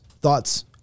thoughts